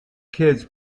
kids